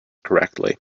correctly